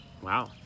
Wow